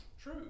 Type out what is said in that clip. True